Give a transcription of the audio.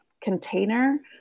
container